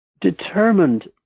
determined